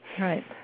Right